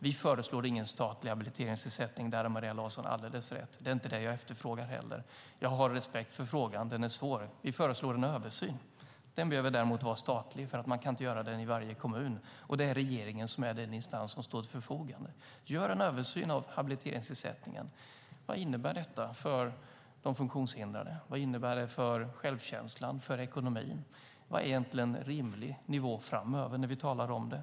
Vi föreslår ingen statlig habiliteringsersättning; där har Maria Larsson alldeles rätt. Det är inte heller det jag efterfrågar. Jag har respekt för frågan - den är svår. Vi föreslår en översyn, och den behöver däremot vara statlig eftersom man inte kan göra den i varje kommun. Det är regeringen som är den instans som står till förfogande. Gör en översyn av habiliteringsersättningen! Vad innebär detta för de funktionshindrade? Vad innebär det för självkänslan och för ekonomin? Vad är egentligen en rimlig nivå framöver när vi talar om det?